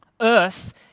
Earth